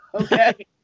Okay